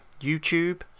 YouTube